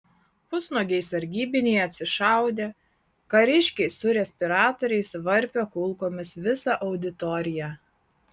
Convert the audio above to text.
pusnuogiai sargybiniai atsišaudė kariškiai su respiratoriais varpė kulkomis visą auditoriją